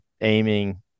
aiming